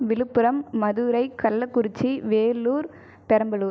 Villupuram Madurai Kallakurichi Vellore Perambalur